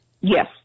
Yes